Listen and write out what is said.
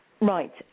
Right